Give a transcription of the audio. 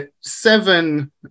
seven